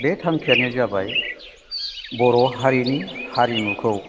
बे थांखियानो जाबाय बर' हारिनि हारिमुखौ